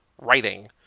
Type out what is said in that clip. writing